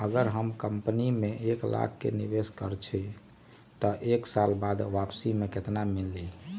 अगर हम कोई कंपनी में एक लाख के निवेस करईछी त एक साल बाद हमरा वापसी में केतना मिली?